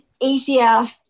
easier